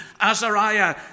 Azariah